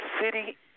city